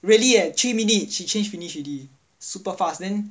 but really eh three minute she change finish already super fast then